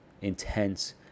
intense